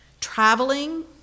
traveling